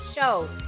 show